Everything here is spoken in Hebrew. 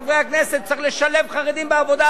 חברי הכנסת: צריך לשלב חרדים בעבודה,